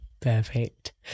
Perfect